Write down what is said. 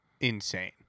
insane